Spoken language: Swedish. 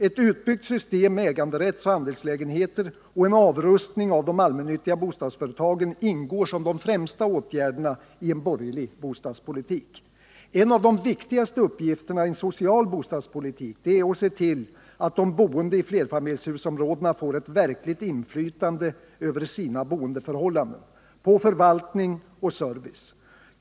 Ett utbyggt system med äganderättsoch andelslägenheter samt en avrustning av de allmännyttiga bostadsföretagen ingår som de främsta åtgärderna i en borgerlig bostadspolitik. En av de viktigaste uppgifterna i en social bostadspolitik är att se till att de boende i flerfamiljshusområdena får ett verkligt inflytande över sina boendeförhållanden, på förvaltning och service.